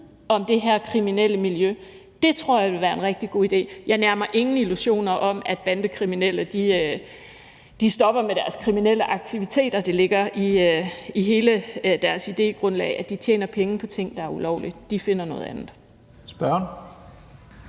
om det her kriminelle miljø? Det tror jeg ville være en rigtig god idé. Jeg nærer mig ingen illusioner om, at bandekriminelle stopper med deres kriminelle aktiviteter. Det ligger i hele deres idégrundlag, at de tjener penge på ting, der er ulovlige. De finder noget andet. Kl.